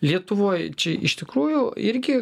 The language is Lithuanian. lietuvoj čia iš tikrųjų irgi